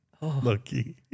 Lucky